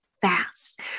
fast